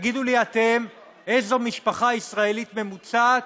תגידו לי אתם, איזו משפחה ישראלית ממוצעת